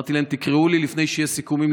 אמרתי להם: תקראו לי לפני שיהיו סיכומים,